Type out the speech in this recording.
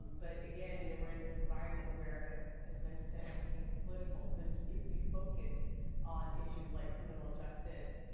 but again you know we're in this environment where, as as ben just said, everything is political. so if we focus on issues like criminal justice,